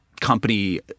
company